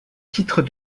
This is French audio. titre